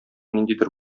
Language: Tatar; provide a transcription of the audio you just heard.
ниндидер